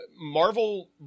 Marvel